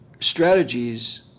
strategies